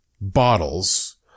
bottles